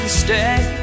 stay